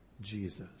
Jesus